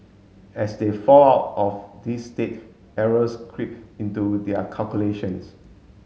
as they fall out of this state errors creep into their calculations